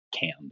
canned